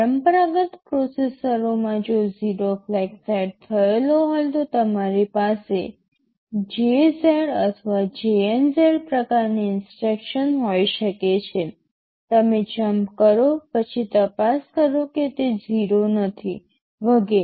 પરંપરાગત પ્રોસેસરોમાં જો 0 ફ્લેગ સેટ કરેલો હોય તો તમારી પાસે JZ અથવા JNZ પ્રકારની ઇન્સટ્રક્શન હોઈ શકે છે તમે જંપ કરો પછી તપાસ કરો કે તે 0 નથી વગેરે